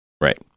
Right